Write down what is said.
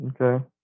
Okay